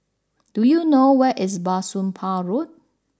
do you know where is Bah Soon Pah Road